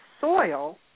soil